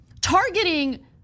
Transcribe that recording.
targeting